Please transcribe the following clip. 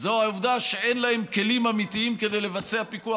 העובדה שאין להם כלים אמיתיים לבצע פיקוח